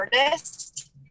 artist